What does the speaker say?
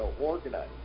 organize